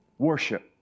worship